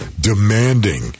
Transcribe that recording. demanding